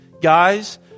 guys